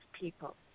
people